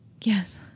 yes